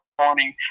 morning